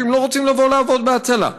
אנשים לא רוצים לבוא לעבוד בהצלה,